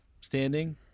standing